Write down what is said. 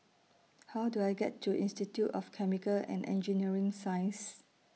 How Do I get to Institute of Chemical and Engineering Sciences